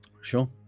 Sure